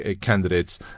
candidates